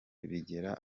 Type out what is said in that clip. bigera